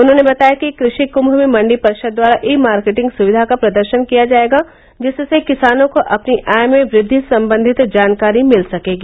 उन्होंने बताया कि कृषि कुम्म में मण्डी परिषद द्वारा ई मार्केटिंग सुक्धि का प्रदर्शन किया जायेगा जिससे किसानों को अपनी आय में वृद्धि सम्बन्धित जानकारी मिल सकेगी